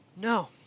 No